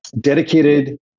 dedicated